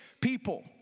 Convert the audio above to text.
people